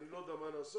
אני לא יודע מה נעשה,